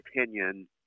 opinion